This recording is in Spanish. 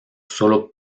solo